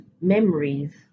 memories